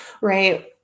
right